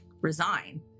resign